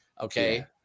okay